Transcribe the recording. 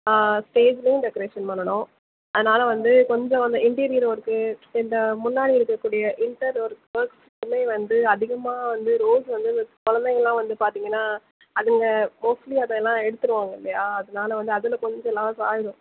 ஆ ஸ்டேஜிலேயும் டெக்ரேஷன் பண்ணணும் அதனால வந்து கொஞ்சம் அந்த இண்டீரியர் ஒர்க்கு இந்த முன்னாடி இருக்கக்கூடிய இண்டர் ஒர்க் ஒர்க்ஸ் வந்து அதிகமாக வந்து ரோஸ் வந்து குழந்தைங்களாம் வந்து பார்த்தீங்கனா அதுங்க மோஸ்ட்லி அதை எல்லாம் எடுத்துடுவாங்க இல்லையா அதனால வந்து அதில் கொஞ்சம் லாஸ் ஆகிடும்